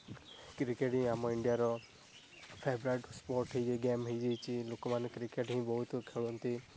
cricket ହିଁ ଆମ ଇଣ୍ଡିଆର ଫେବରାଇଟ ସ୍ପୋଟ ହେଇଯାଇ ଗେମ ହେଇଯାଇଛି ଲୋକମାନେ କ୍ରିକେଟ ହିଁ ବହୁତ ଖେଳନ୍ତି